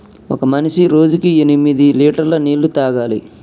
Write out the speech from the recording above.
ఒక మనిషి రోజుకి ఎనిమిది లీటర్ల నీళ్లు తాగాలి